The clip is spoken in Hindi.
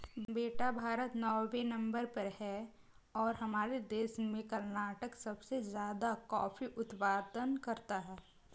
बेटा भारत नौवें नंबर पर है और हमारे देश में कर्नाटक सबसे ज्यादा कॉफी उत्पादन करता है